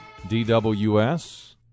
DWS